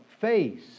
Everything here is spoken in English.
face